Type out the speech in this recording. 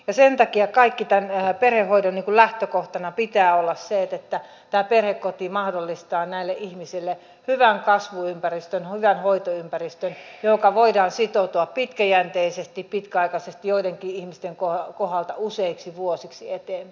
ja sen takia tämän perhehoidon lähtökohtana kaiken pitää olla se että tämä perhekoti mahdollistaa näille ihmisille hyvän kasvuympäristön hyvän hoitoympäristön johonka voidaan sitoutua pitkäjänteisesti pitkäaikaisesti joidenkin ihmisten kohdalla useiksi vuosiksi eteenpäin